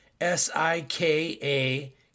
S-I-K-A